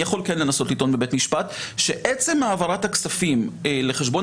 אני יכול לנסות לטעון בבית משפט שעצם העברת הכספים לחשבון